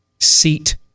seat